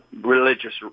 religious